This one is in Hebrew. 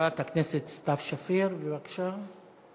חברת הכנסת סתיו שפיר, בבקשה.